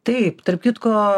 taip tarp kitko